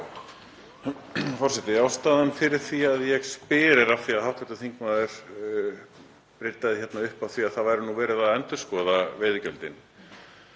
Forseti. Ástæðan fyrir því að ég spyr er sú að hv. þingmaður bryddaði upp á því að það væri verið að endurskoða veiðigjöldin.